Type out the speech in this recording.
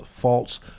false